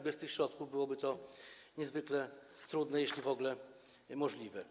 Bez tych środków byłoby to niezwykle trudne, jeśli w ogóle byłoby możliwe.